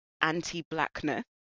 anti-blackness